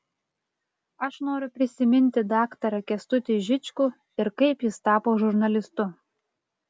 aš noriu prisiminti daktarą kęstutį žičkų ir kaip jis tapo žurnalistu